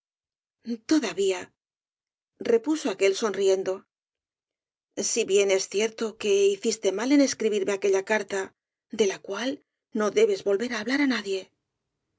todavía repuso aquél sonriendo si bien es cierto que hiciste mal en escribirme aquella carta de la cual no debes volver á hablar á nadie